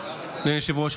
אדוני היושב-ראש,